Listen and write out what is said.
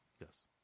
Yes